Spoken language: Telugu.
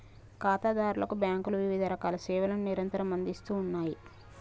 ఖాతాదారులకు బ్యాంకులు వివిధరకాల సేవలను నిరంతరం అందిస్తూ ఉన్నాయి